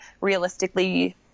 realistically